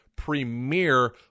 premier